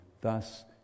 thus